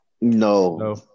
No